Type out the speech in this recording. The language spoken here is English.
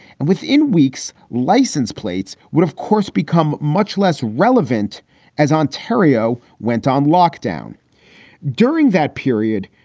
and within weeks, license plates would, of course, become much less relevant as ontario went on lockdown during that period.